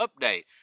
update